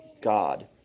God